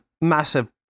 massive